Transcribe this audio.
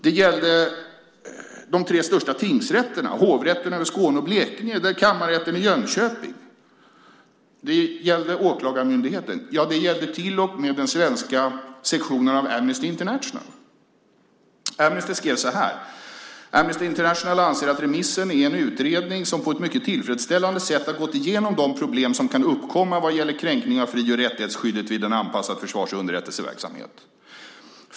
Det gällde de tre största tingsrätterna, hovrätten över Skåne och Blekinge, kammarrätten i Jönköping. Det gällde Åklagarmyndigheten. Det gällde till och med den svenska sektionen av Amnesty International. Amnesty skrev så här: Amnesty International anser att remissen är en utredning som på ett mycket tillfredsställande sätt har gått igenom de problem som kan uppkomma vad gäller kränkning av fri och rättighetsskyddet vid en anpassad försvars och underrättelseverksamhet.